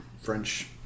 French